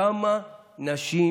כמה נשים